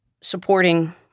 supporting